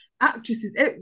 actresses